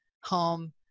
home